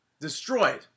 Destroyed